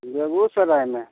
बेगूसरायमे